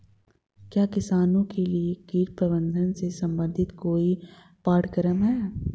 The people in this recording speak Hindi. क्या किसानों के लिए कीट प्रबंधन से संबंधित कोई पाठ्यक्रम है?